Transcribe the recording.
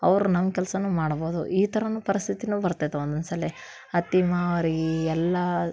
ಅವ್ರು ನಮ್ಮ ಕೆಲ್ಸನೂ ಮಾಡ್ಬೋದು ಈ ಥರನೂ ಪರಸ್ಥಿತಿಯೂ ಬರ್ತೈತಿ ಒಂದೊಂದು ಸಲ ಹತ್ತಿ ಮಾರಿ ಎಲ್ಲ